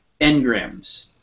engrams